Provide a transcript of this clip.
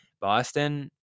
Boston